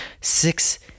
six